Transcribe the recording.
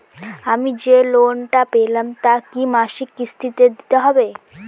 আমি যে লোন টা পেলাম তা কি মাসিক কিস্তি তে দিতে হবে?